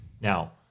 Now